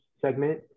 segment